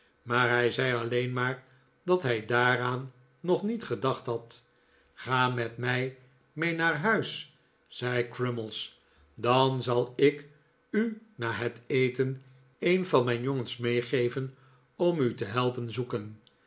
maar hij zei alleen maar dat hij daaraan nog niet gedacht had ga met mij mee naar huis zei crummies dan zal ik u na het eten een van mijn jongens meegeven om u te helpen zoeken